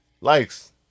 likes